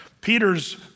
Peter's